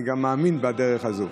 אני גם מאמין בדרך הזאת.